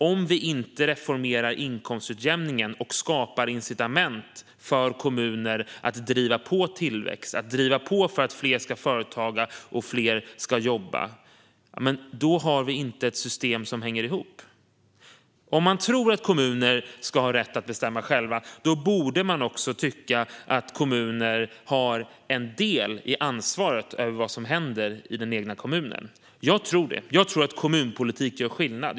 Om vi inte reformerar inkomstutjämningen och skapar incitament för kommuner att driva på tillväxt och driva på för att fler ska driva företag och fler ska jobba har vi inte ett system som hänger ihop. Om man tycker att kommuner ska ha rätt att bestämma själva borde man också tycka att kommuner har en del i ansvaret för vad som händer i den egna kommunen. Jag tror det. Jag tror att kommunpolitik gör skillnad.